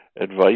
advice